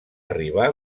arribar